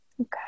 Okay